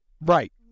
Right